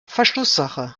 verschlusssache